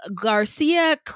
Garcia